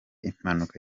impanuka